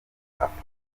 afrobeat